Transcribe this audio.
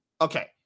Okay